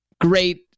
great